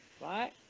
right